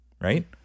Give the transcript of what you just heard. right